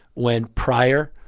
when prior,